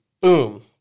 boom